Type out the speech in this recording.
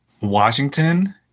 Washington